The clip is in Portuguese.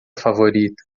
favorita